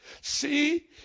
See